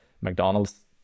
McDonald's